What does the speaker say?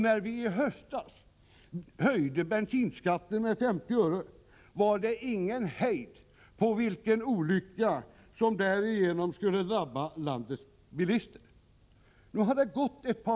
När vi i höstas höjde bensinskatten med 50 öre, då var det enligt moderaterna ingen hejd på vilka olyckor som därigenom skulle drabba landets bilister.